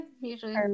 usually